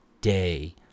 day